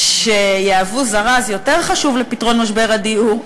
שיהיו זרז יותר חשוב לפתרון משבר הדיור,